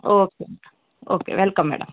okay madam okay welcome madam